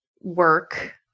work